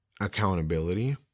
accountability